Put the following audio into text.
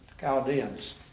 Chaldeans